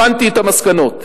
בחנתי את המסקנות,